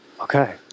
Okay